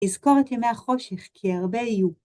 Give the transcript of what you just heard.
יזכור ימי החושך כי הרבה יהיו.